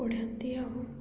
ପଢ଼ାନ୍ତି ଆଉ